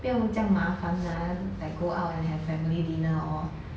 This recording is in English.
不用这样麻烦 ah like go out and have family dinner 哦